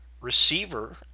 receiver